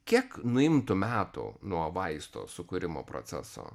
kiek nuimtų metų nuo vaisto sukūrimo proceso